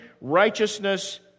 righteousness